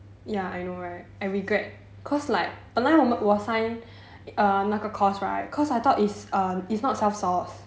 ya I know right I regret cause like 本来我 sign err 那个 course right cause I thought is err is not self source